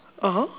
(uh huh)